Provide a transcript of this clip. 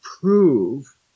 prove